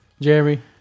Jeremy